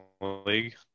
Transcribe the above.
league